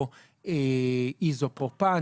או איזופופן,